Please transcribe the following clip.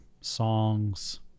songs